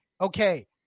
okay